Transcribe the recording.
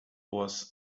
was